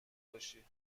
باشی